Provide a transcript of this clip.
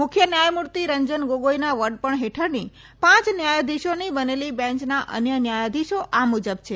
મુખ્ય ન્યાયમૂર્તિ રંજન ગોગોઇના વડપણ હેઠળની પાંચ ન્યાયાધિશોની બનેલી બેંચના અન્ય ન્યાયાધિશો આ મુજબ છે